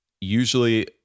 Usually